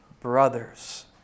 brothers